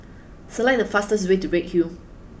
select the fastest way to Redhill